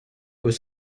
was